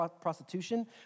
prostitution